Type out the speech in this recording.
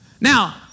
Now